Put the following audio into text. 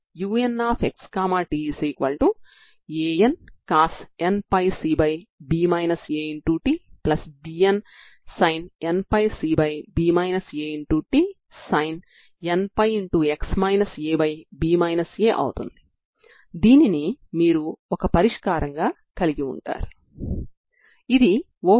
n విలువను 0 నుండి ∞ వరకు తీసుకొని ఈ పరిష్కారాలన్నింటినీ కూడితే వచ్చిన uxtn0cos 2n1πx2L